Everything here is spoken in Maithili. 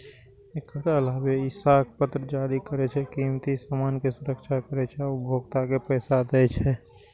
एकर अलावे ई साख पत्र जारी करै छै, कीमती सामान के सुरक्षा करै छै आ उपभोक्ता के पैसा दै छै